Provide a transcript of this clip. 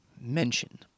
mention